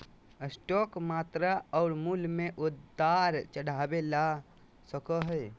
stock मात्रा और मूल्य में उतार चढ़ाव ला सको हइ